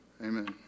Amen